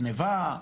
גניבה,